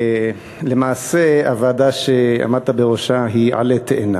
למעשה הוועדה שעמדת בראשה היא עלה תאנה.